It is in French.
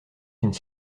une